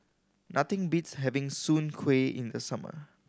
nothing beats having soon kway in the summer